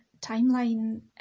timeline